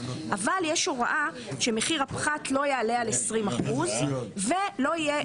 אבל יש הוראה שמחיר הפחת לא יעלה על 20% ולא יהיה